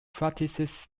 practices